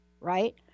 right